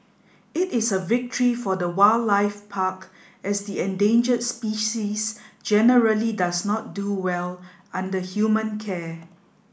it is a victory for the wildlife park as the endangered species generally does not do well under human care